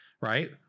right